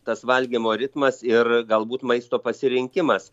tas valgymo ritmas ir galbūt maisto pasirinkimas